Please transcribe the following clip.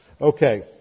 Okay